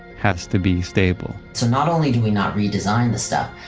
has to be stable so not only do we not redesign the stuff,